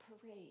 parade